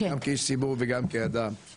גם כאיש ציבור וגם כאדם,